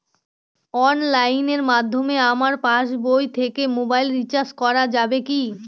অনলাইনের মাধ্যমে আমার পাসবই থেকে মোবাইল রিচার্জ করা যাবে কি?